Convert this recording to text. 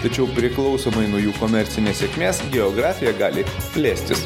tačiau priklausomai nuo jų komercinės sėkmės geografija gali plėstis